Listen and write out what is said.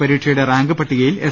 പരീ ക്ഷയുടെ റാങ്ക് പട്ടികയിൽ എസ്